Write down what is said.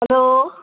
hello